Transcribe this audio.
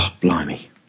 Blimey